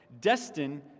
Destined